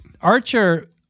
Archer